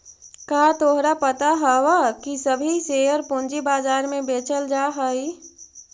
का तोहरा पता हवअ की सभी शेयर पूंजी बाजार में बेचल जा हई